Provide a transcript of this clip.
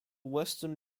western